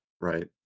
right